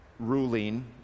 ruling